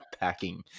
packing